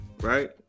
right